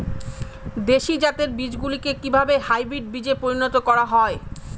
দেশি জাতের বীজগুলিকে কিভাবে হাইব্রিড বীজে পরিণত করা হয়?